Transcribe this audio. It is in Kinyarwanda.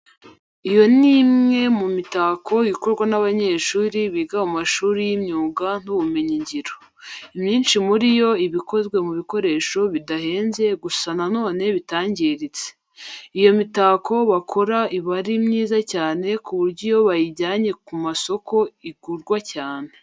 Iyo ni imwe mu mitako ikorwa n'abanyeshuri biga mu mashuri y'imyuga n'ubumenyingiro. Imyinshi muri yo iba ikozwe mu bikoresho bidahenze gusa na none bitangiritse. Iyo mitako bakora iba ari myiza cyane ku buryo iyo bayijyanye ku masoko igirwa cyane.